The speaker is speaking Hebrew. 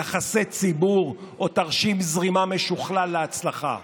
ליחסי ציבור או לתרשים זרימה משוכלל להצלחה,